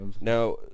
Now